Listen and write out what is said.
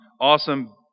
Awesome